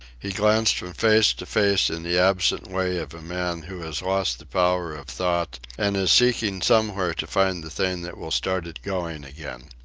he glanced from face to face in the absent way of a man who has lost the power of thought and is seeking somewhere to find the thing that will start it going again.